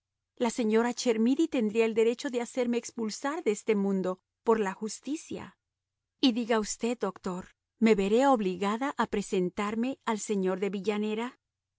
la señora chermidy tendría el derecho de hacerme expulsar de este mundo por la justicia y diga usted doctor me veré obligada a presentarme al señor de villanera